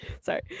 sorry